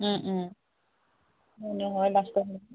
নহয় বাচন